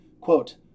Quote